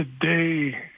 today